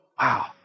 Wow